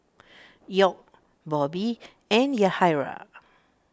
York Bobby and Yahaira